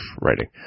writing